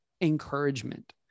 encouragement